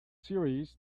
series